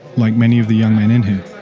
like many of the young men in here,